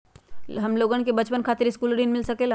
हमलोगन के बचवन खातीर सकलू ऋण मिल सकेला?